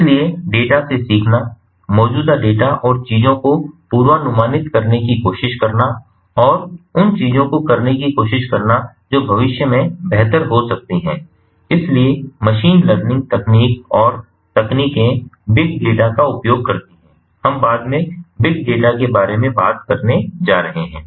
इसलिए डेटा से सीखना मौजूदा डेटा और चीजों को पूर्वानुमानित करने की कोशिश करना और उन चीजों को करने की कोशिश करना जो भविष्य में बेहतर हो सकती हैं इसलिए मशीन लर्निंग तकनीक और तकनीकें बिग डाटा का उपयोग करती हैं हम बाद में बिग डाटा के बारे में बात करने जा रहे हैं